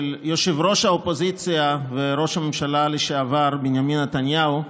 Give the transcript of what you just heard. של ראש האופוזיציה וראש הממשלה לשעבר בנימין נתניהו,